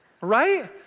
Right